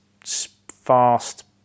fast